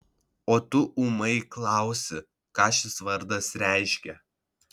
o tu ūmai klausi ką šis vardas reiškia